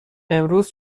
امروز